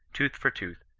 tooth for tooth,